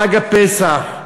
חג הפסח,